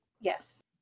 Yes